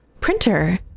printer